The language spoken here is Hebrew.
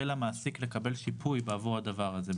וזכאות למעסיק לקבל שיפוי עבור הדבר הזה.